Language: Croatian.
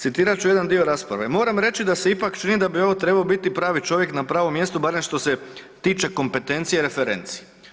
Citirat ću jedan dio rasprave: „moram reći da se ipak čini da bi ovo trebo biti pravi čovjek na pravom mjestu barem što se tiče kompetencije referenci“